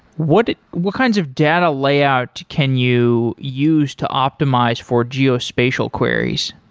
what what kinds of data layout can you use to optimize for geospatial queries?